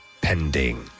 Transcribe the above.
pending